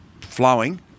flowing